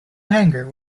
hangar